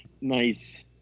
nice